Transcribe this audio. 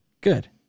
Good